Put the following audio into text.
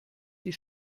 die